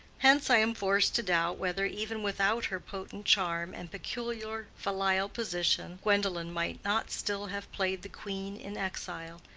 hence i am forced to doubt whether even without her potent charm and peculiar filial position gwendolen might not still have played the queen in exile,